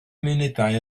munudau